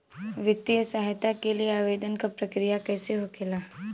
वित्तीय सहायता के लिए आवेदन क प्रक्रिया कैसे होखेला?